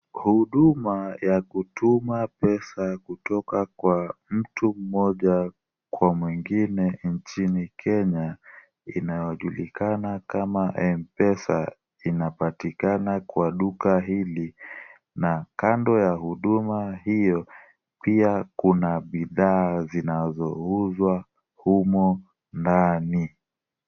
Huduma ya kutuma pesa kutoka kwa mtu mmoja kwa mwingine nchini Kenya inayojulikana kama M-Pesa inapatikana kwa duka hili na kando ya huduma hiyo pia kuna bidhaa zinazouzwa humo ndani.